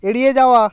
এড়িয়ে যাওয়া